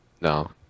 No